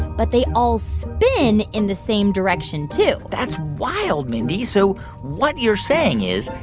but they all spin in the same direction, too that's wild, mindy. so what you're saying is,